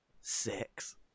Six